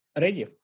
ready